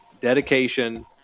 dedication